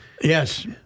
Yes